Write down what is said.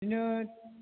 बिदिनो